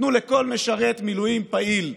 תנו לכל משרת מילואים פעיל,